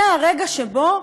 זה הרגע שבו